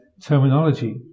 terminology